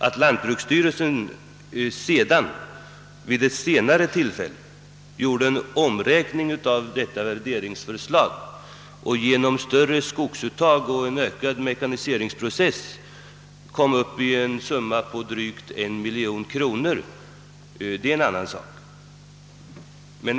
Att lantbruksstyrelsen vid ett senare tillfälle gjorde en omräkning av detta värderingsförslag och genom större :skogsuttag och en ökad mekaniseringsprocess kom upp i-en summa på drygt 1 miljon kronor är en annan sak.